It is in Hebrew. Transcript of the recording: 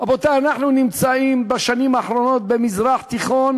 רבותי, אנחנו נמצאים בשנים האחרונות במזרח תיכון